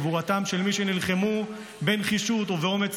גבורתם של מי שנלחמו בנחישות ובאומץ